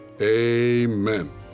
amen